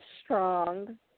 Strong